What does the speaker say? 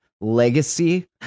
legacy